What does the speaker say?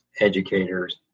educators